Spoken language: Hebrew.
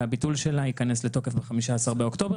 והביטול שלה ייכנס לתוקף ב-15 באוקטובר,